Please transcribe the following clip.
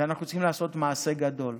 ואנחנו צריכים לעשות מעשה גדול.